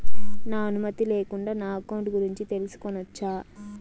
నా అనుమతి లేకుండా నా అకౌంట్ గురించి తెలుసుకొనొచ్చా?